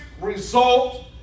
result